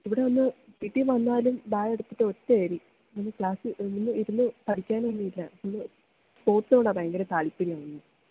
ഇവിടെ നിന്ന് വീട്ടില് വന്നാലും ബാഗെടുത്തിട്ട് ഒറ്റയെറിയലാണ് ഇരുന്നു പഠിക്കാനൊന്നുമില്ല സ്പോർട്സിനോടാണ് ഭയങ്കരം താല്പര്യം അവന്